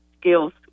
skills